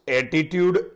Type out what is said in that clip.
attitude